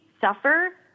suffer